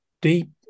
deep